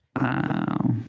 Wow